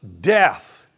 death